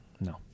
No